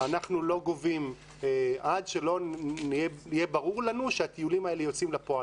אנחנו לא גובים עד שלא יהיה ברור לנו שהטיולים האלה יוצאים לפועל.